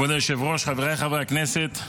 כבוד היושב-ראש, חבריי חברי הכנסת,